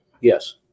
Yes